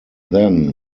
then